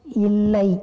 இல்லை